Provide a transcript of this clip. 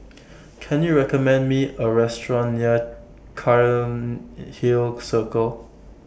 Can YOU recommend Me A Restaurant near Cairnhill Circle